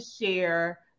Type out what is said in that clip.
share